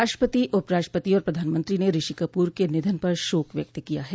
राष्ट्रपति उपराष्ट्रपति और प्रधानमंत्री ने ऋषि कपूर के निधन पर शोक व्यक्त किया है